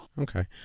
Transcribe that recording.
Okay